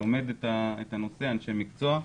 אני לומד את הנושא ונפגש עם אנשי מקצוע.